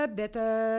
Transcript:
better